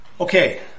Okay